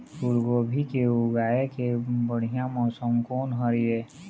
फूलगोभी उगाए के बढ़िया मौसम कोन हर ये?